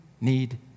need